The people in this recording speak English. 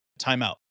timeout